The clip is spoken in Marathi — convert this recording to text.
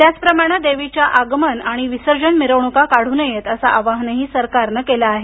त्याचप्रमाणे देवीच्या आगमन आणि विसर्जन मिरवणुका काढू नयेत असं आवाहन सरकारनं केलं आहे